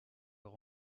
leur